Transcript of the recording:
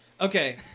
Okay